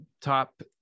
top